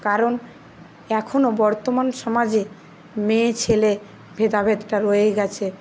কারণ এখনও বর্তমান সমাজে মেয়ে ছেলের ভেদাভেদটা রয়েই গেছে